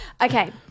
Okay